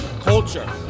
culture